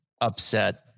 upset